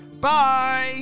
Bye